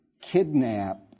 kidnap